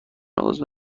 عضو